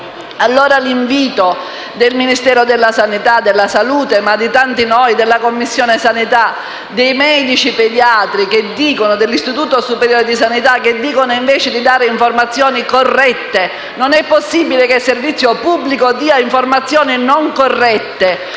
l'invito del Ministero della salute, di tanti noi, della Commissione sanità, dei medici pediatri e dell'Istituto superiore di sanità, è quello di dare informazioni corrette. Non è possibile che il servizio pubblico dia informazioni non corrette*.